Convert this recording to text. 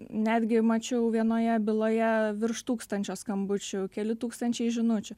netgi mačiau vienoje byloje virš tūkstančio skambučių keli tūkstančiai žinučių